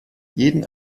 jeden